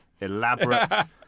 elaborate